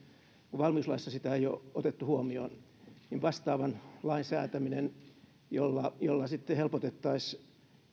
kun valmiuslaissa sitä ei ole otettu huomioon vastaavan lain säätäminen jolla jolla sitten helpotettaisiin